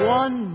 one